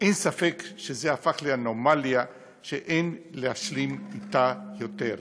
אין ספק שזה הפך לאנומליה שאין להשלים אתה יותר.